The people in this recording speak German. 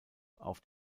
auf